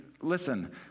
listen